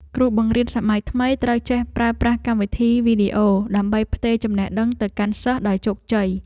គ្រូបង្រៀនសម័យថ្មីត្រូវចេះប្រើប្រាស់កម្មវិធីវីដេអូ ដើម្បីផ្ទេរចំណេះដឹងទៅកាន់សិស្សដោយជោគជ័យ។